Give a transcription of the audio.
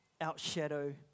outshadow